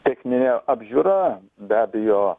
techninė apžiūra be abejo